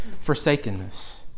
forsakenness